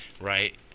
right